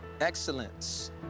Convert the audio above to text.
excellence